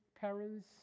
parents